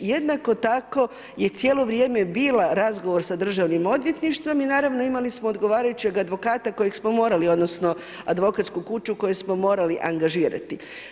Jednako tako je cijelo vrijeme bio razgovor sa državnim odvjetništvom i naravno imali smo odgovarajućeg advokata koje smo morali odnosno advokatsku kuću koju smo morali angažirati.